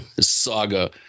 Saga